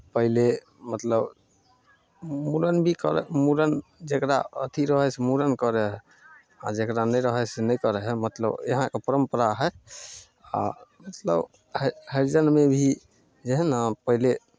पहिले मतलब मूड़न भी कर मूड़न जकरा अथि रहै हइ से मूड़न करै हइ आ जकरा नहि रहै हइ से नहि करै हइ मतलब यहाँके परम्परा हइ आ इसभ हरि हरिजनमे भी जे हइ ने पहिले